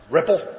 Ripple